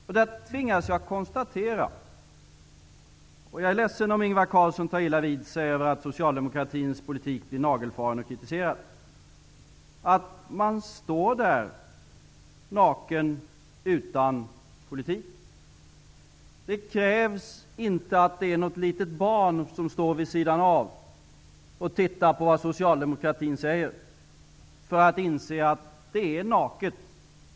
Jag tvingas konstatera -- och jag är ledsen om Ingvar Carlsson tar illa vid sig av att socialdemokratins politik blir nagelfaren och kritiserad -- att man står där naken, utan politik. Man behöver inte vara ett litet barn som står vid sidan av och lyssnar på vad socialdemokratin säger för att inse att det är naket.